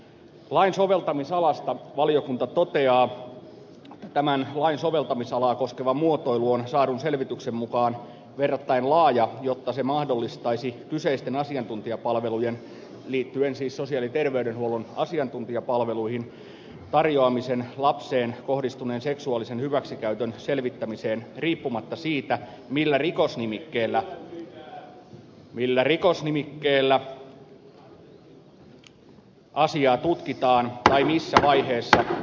lain soveltamisalasta valiokunta toteaa että tämän lain soveltamisalaa koskeva muotoilu on saadun selvityksen mukaan verrattain laaja jotta se mahdollistaisi kyseisten asiantuntijapalvelujen liittyen siis sosiaali ja terveydenhuollon asiantuntijapalveluihin tarjoamisen lapseen kohdistuneen seksuaalisen hyväksikäytön selvittämiseen riippumatta siitä millä rikosnimikkeellä asiaa tutkitaan tai missä vaiheessa